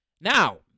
Now